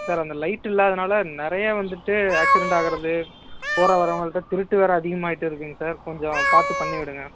sir அந்த light இல்லாதனால நிறைய வந்துவிட்டு ஆக்சிடெண்ட் ஆகறது போகற வரவங்கள்கிட்ட திருட்டு வேறு அதிகமாயிட்டு இருக்குங்க சார் கொஞ்சம் பார்த்து பண்ணி விடுங்கள்